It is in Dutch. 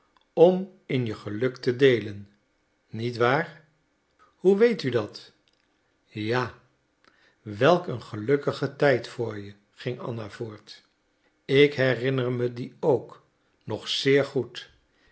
om in je geluk te deelen niet waar hoe weet u dat ja welk een gelukkige tijd voor je ging anna voort ik herinner me dien ook nog zeer goed